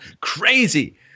crazy